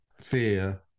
fear